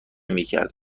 میکرد